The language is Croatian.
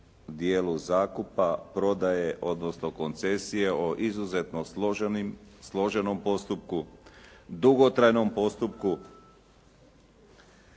dijelu zakupa, prodaje odnosno koncesije o izuzetno složenim, složenom postupku, dugotrajnom postupku.